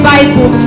Bible